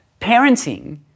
Parenting